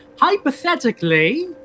Hypothetically